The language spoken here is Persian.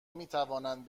میتوانند